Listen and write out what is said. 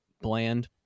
bland